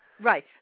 Right